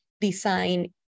design